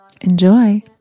Enjoy